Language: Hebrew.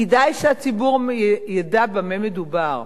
כדאי שהציבור ידע במה מדובר.